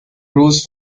rouse